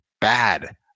bad